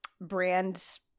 brand